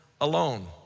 alone